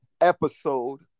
episode